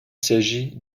s’agit